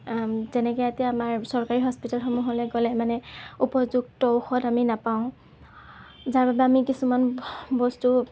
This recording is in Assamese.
যেনেকৈ এতিয়া আমাৰ চৰকাৰী হস্পিতালসমূহলৈ গ'লে মানে উপযুক্ত ঔষধ আমি নাপাওঁ যাৰ বাবে আমি কিছুমান বস্তু